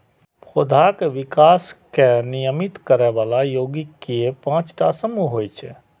पौधाक विकास कें नियमित करै बला यौगिक के पांच टा समूह होइ छै